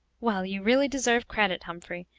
well, you really deserve credit, humphrey,